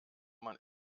man